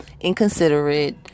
inconsiderate